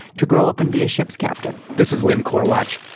to grow up and be a ship's captain this is lynn korwatch.